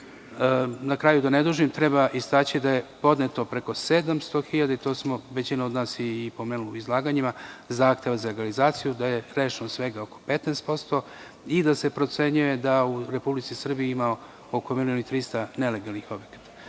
kraju, da ne dužim, treba istaći da je podneto preko 700.000 hiljada, to je većinu od nas pomelo u izlaganjima, zahteva za legalizaciju, da je rešeno svega oko 15% i da se procenjuje da u Republici Srbiji ima oko milion i 300 hiljada nelegalnih objekata.